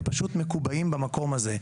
ופשוט מקובעים במקום הזה.